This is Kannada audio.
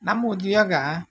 ನಮ್ಮ ಉದ್ಯೋಗ